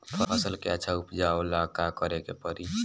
फसल के अच्छा उपजाव ला का करे के परी?